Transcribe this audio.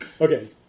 Okay